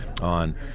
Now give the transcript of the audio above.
on